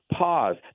pause